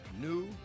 new